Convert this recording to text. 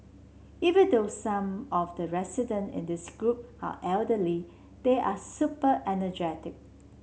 even though some of the resident in this group are elderly they are super energetic